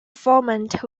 format